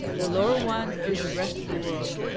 the lower one is the rest of the world.